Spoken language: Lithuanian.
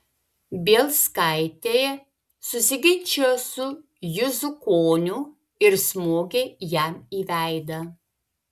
bielskaitė susiginčijo su juzukoniu ir smogė jam į veidą